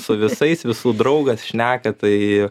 su visais visų draugas šneka tai